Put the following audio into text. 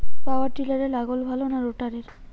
পাওয়ার টিলারে লাঙ্গল ভালো না রোটারের?